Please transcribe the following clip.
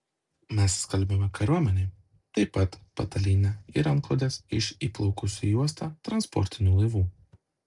mes skalbiame kariuomenei taip pat patalynę ir antklodes iš įplaukusių į uostą transportinių laivų